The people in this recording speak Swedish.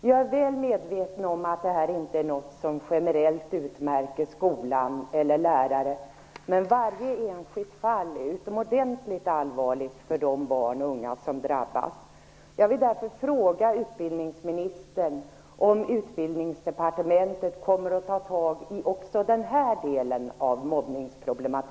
Jag är väl medveten om att detta inte är någonting som generellt utmärker skolan eller lärare, men varje enskilt fall är utomordentligt allvarligt för de barn och unga som drabbas.